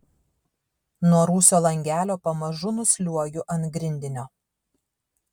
nuo rūsio langelio pamažu nusliuogiu ant grindinio